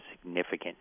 significant